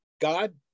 God